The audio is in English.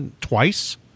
twice